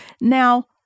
Now